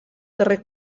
darrer